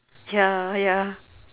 ya ya